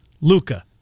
Luca